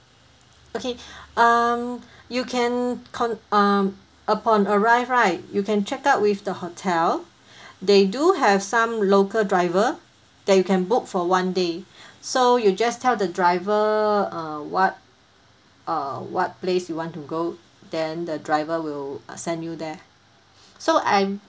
okay um you can cont~ um upon arrive right you can check out with the hotel they do have some local driver that you can book for one day so you just tell the driver uh what err what place you want to go then the driver will uh send you there so I'm